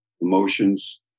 emotions